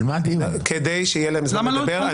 כדי שיהיה להם זמן לדבר.